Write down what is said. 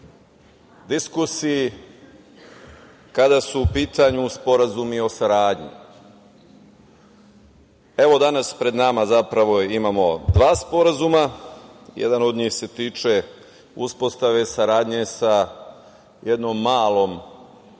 diskusiji kada su u pitanju sporazumi o saradnji. Evo, danas pred nama zapravo imamo dva sporazuma, jedan od njih se tiče uspostave saradnje sa jednom malom